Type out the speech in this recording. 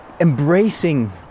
embracing